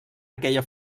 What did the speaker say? aquella